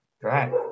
Great